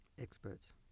experts